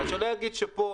אז שלא יגיד שפה